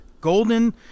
Golden